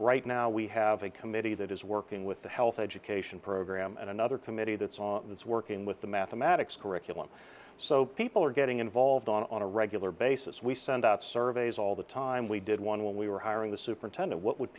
right now we have a committee that is working with the health education program and another committee that's all that's working with the mathematics curriculum so people are getting involved on a regular basis we send out surveys all the time we did one when we were hiring the superintendent what would